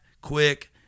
quick